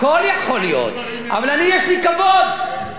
כבר היו דברים מעולם.